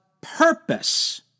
purpose